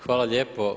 Hvala lijepo.